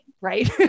right